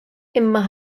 imma